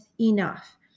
enough